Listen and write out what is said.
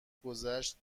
گذشت